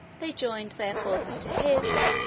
they joined their forces to his,